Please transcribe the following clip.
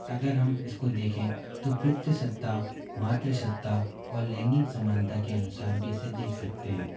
अगर हम इसको देखें तो पितृसत्ता और मातृसत्ता और लैंगिक समानता के अनुसार भी इसे देख सकते हैं